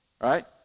right